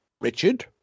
Richard